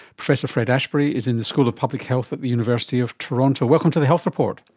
professor fred ashbury is in the school of public health at the university of toronto. welcome to the health report.